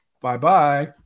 Bye-bye